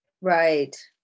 right